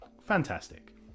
Fantastic